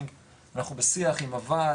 אנחנו בשיח עם הוועד,